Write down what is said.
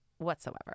whatsoever